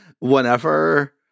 whenever